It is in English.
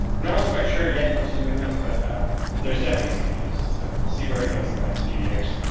no one is quite sure yet what to do with them but there is definitely interest, so we'll see where it goes in the next few years.